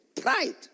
pride